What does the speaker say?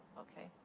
okay.